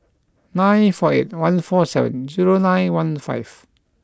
nine four eight one four seven zero nine one five